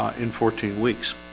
in fourteen weeks